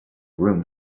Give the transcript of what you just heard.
room